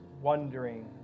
wondering